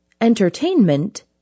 entertainment